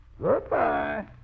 Goodbye